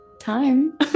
time